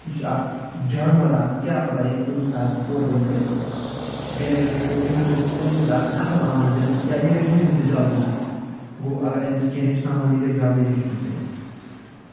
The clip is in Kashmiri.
یہِ چھُ اکھ جانور آسان کیٛاہ پَتَہ یہِ ہیٚکہِ کُںہِ تہِ ساتہٕ اورٕ یورٕ کٔرِتھ بیٚیہِ اَگر أسۍ وٕچھو أمِس گژھِ ٹرٛینِنٛگ آسٕنی اَصٕل آمٕژ دِنہٕ یا یہِ گژھِ ہیٚچھُن تہِ جلدی گوٚو اَگر أمِس کیٚنٛہہ ہیٚچھناوون یہِ گژھِ جلدی ہیٚچھُن تہِ